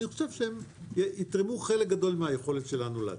אני חושב שהם יתרמו חלק גדול מהיכולת שלנו להצליח.